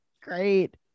great